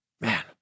man